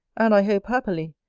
and, i hope, happily,